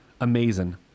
amazing